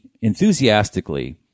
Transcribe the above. enthusiastically